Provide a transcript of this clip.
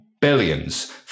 billions